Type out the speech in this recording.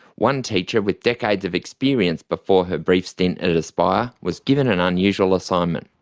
one teacher with decades of experience before her brief stint at aspire, was given an unusual assignment.